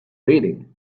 waiting